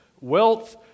wealth